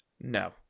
No